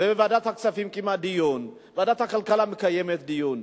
ועדת הכספים קיימה דיון, ועדת הכלכלה מקיימת דיון.